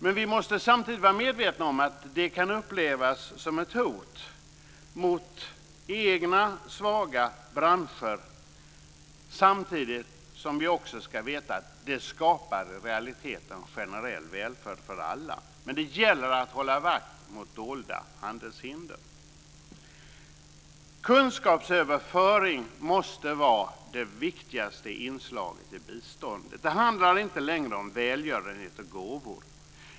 Men vi måste samtidigt vara medvetna om att det kan upplevas som ett hot mot egna svaga branscher, samtidigt som vi också ska veta att det i realiteten skapar generell välfärd för alla. Men det gäller att hålla vakt mot dolda handelshinder. Kunskapsöverföring måste vara det viktigaste inslaget i biståndet. Det handlar inte längre om välgörenhet och gåvor.